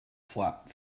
flap